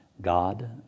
God